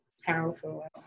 powerful